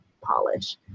polish